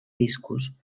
discos